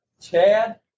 Chad